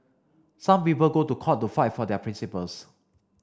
some people go to court to fight for their principles